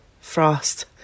frost